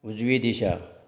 उजवी दिशा